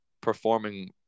performing